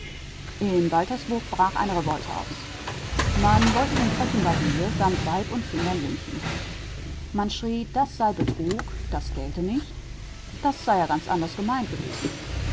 in waltersburg brach eine revolte aus man wollte den frechen barbier samt weib und kindern lynchen man schrie das sei betrug das gälte nicht das sei ja ganz anders gemeint gewesen